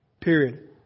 Period